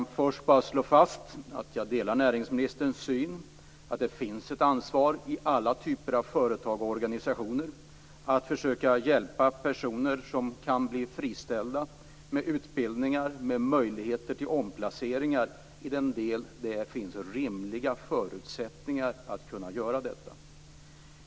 Låt mig först bara slå fast att jag delar näringsministerns syn att det finns ett ansvar i alla typer av företag och organisationer att försöka hjälpa personer som kan bli friställda med utbildning och omplacering om det finns rimliga förutsättningar för det.